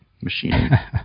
machine